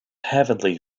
heavily